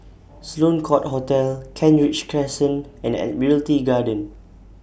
Sloane Court Hotel Kent Ridge Crescent and Admiralty Garden